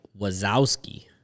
Wazowski